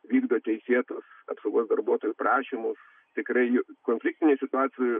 vykdo teisėtus apsaugos darbuotojų prašymus tikrai konfliktinėj situacijoj